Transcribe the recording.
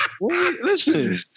Listen